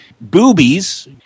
boobies